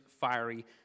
fiery